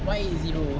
one eight zero